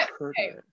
okay